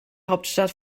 hauptstadt